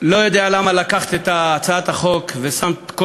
לא יודע למה לקחת את הצעת החוק ושמת את כל